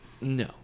No